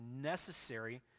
necessary